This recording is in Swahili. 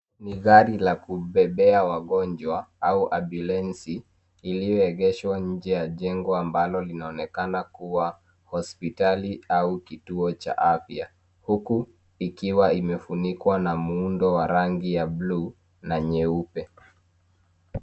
Ni gari la kubebea wagonjwa au ambulensi iliyoegeshwa nje ya jengo ambalo linaonekana kuwa hospitali au kituo cha afya huku ikiwa imefunikwa na muundo wa rangi ya blue na nyeupe.